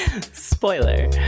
Spoiler